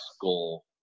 goal